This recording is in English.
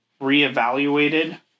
reevaluated